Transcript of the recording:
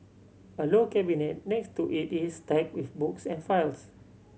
a low cabinet next to it is stacked with books and files